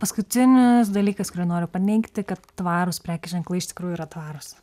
paskutinis dalykas kurį noriu paneigti kad tvarūs prekių ženklai iš tikrųjų yra tvarūs